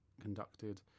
conducted